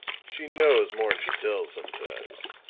she knows more'n she tells sometimes.